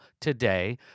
today